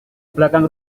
belakang